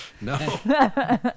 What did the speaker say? No